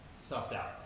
self-doubt